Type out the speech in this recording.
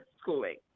schooling